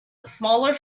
smaller